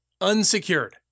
unsecured